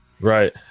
Right